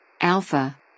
Alpha